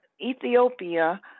Ethiopia